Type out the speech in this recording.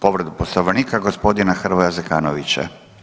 Povreda Poslovnika gospodina Hrvoja Zekanovića.